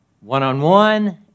one-on-one